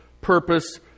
purpose